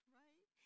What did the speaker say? right